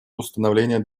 установления